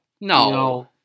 No